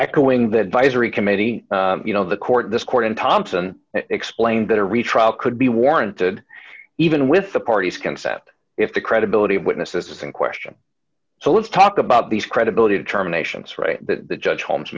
echoing that visor committee you know the court this court and thompson explained that a retrial could be warranted even with the parties consent if the credibility of witnesses is in question so let's talk about these credibility determinations right that judge holmes